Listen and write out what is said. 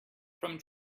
from